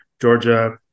Georgia